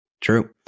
True